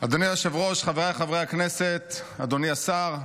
אדוני היושב-ראש, חבריי חברי הכנסת, אדוני השר,